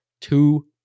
two